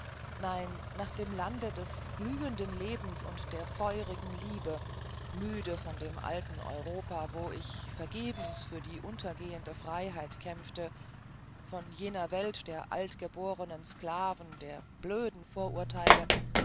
nein nach dem lande des glühenden lebens und der feurigen liebe müde von dem alten europa wo ich vergebens für die untergehende freiheit kämpfte von jener welt der altgeborenen sklaven der blöden vorurteile